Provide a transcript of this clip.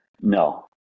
No